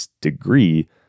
degree